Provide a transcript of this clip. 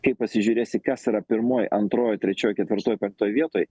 kai pasižiūrėsi kas yra pirmoj antroj trečioj ketvirtoj penktoj vietoj